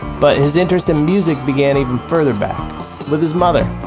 but his interest in music began even further back with his mother.